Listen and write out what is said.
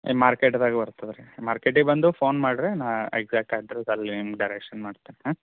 ಈ ಮಾರ್ಕೆಟ್ದಾಗ ಬರ್ತದೆ ರೀ ಮಾರ್ಕೆಟಿಗೆ ಬಂದು ಫೋನ್ ಮಾಡಿರಿ ನಾ ಎಕ್ಸಾಕ್ಟ್ ಅಡ್ರೆಸ್ ಅಲ್ಲಿ ನಿಮ್ಗೆ ಡೈರೆಕ್ಷನ್ ಮಾಡ್ತೇನೆ ಹಾಂ